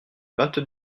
vingt